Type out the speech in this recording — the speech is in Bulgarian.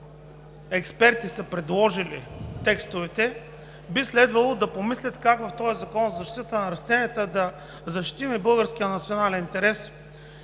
които са предложили текстовете, би следвало да помислят как в този Закон за защита на растенията да защитим и българския национален интерес.